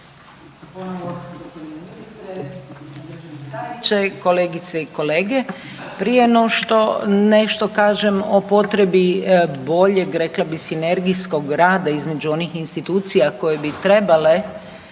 …/Govornica naknadno uključena./… kolegice i kolege, prije no što nešto kažem o potrebi boljeg rekla bi sinergijskog rada između onih institucija koje bi trebale